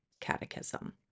catechism